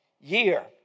year